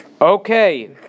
Okay